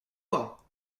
bois